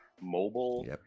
mobile